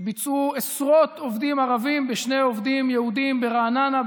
שביצעו עשרות עובדים ערבים בשני עובדים יהודים ברעננה,